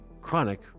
chronic